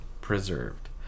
preserved